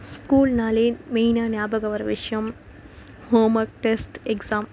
ஸ்கூல்னாலே மெயினாக ஞாபகம் வர விஷயம் ஹோம் ஒர்க் டெஸ்ட் எக்ஸாம்